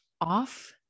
off